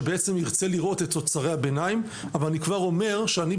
שבו נרצה לראות את תוצרי הביניים אבל אני כבר אומר שאני,